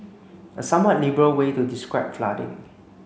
a somewhat liberal way to describe flooding